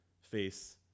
face